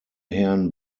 herrn